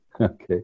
Okay